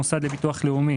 המוסד לביטוח לאומי,